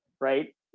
right